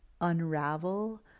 unravel